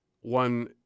one